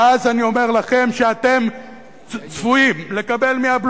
ואז אני אומר לכם שאתם צפויים לקבל מהבלו